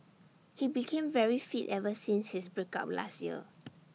he became very fit ever since his break up last year